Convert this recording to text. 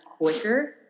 quicker